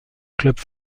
club